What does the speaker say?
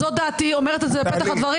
זו דעתי, ואני אומרת זאת בפתח הדברים.